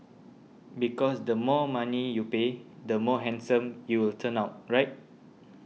because the more money you pay the more handsome you will turn out right